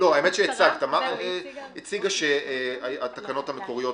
אני אשמח שתציגו את התיקון שאתם מבקשים בתחום